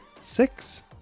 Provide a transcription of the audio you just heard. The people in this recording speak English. six